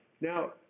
Now